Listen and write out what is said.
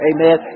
Amen